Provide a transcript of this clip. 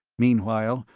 meanwhile,